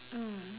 mm